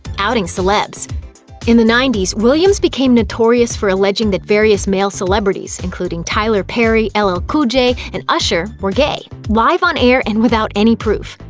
outing celebs in the ninety s, williams became notorious for alleging that various male celebrities, including tyler perry, ll cool j, and usher, were gay live on-air and without any proof.